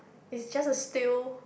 it's just a still